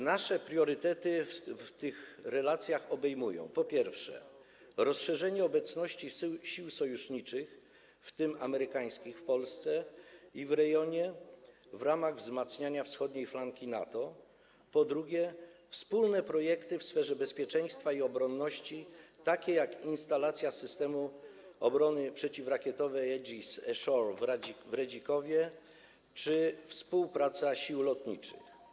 Nasze priorytety w tych relacjach obejmują, po pierwsze, rozszerzenie obecności sił sojuszniczych, w tym amerykańskich, w Polsce i w rejonie w ramach wzmacniania wschodniej flanki NATO, po drugie, wspólne projekty w sferze bezpieczeństwa i obronności, takie jak instalacja systemu obrony przeciwrakietowej Aegis Ashore w Redzikowie czy współpraca sił lotniczych.